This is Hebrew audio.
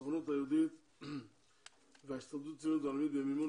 הסוכנות היהודית וההסתדרות הציונית העולמית במימון